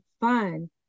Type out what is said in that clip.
fun